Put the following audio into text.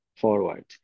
forward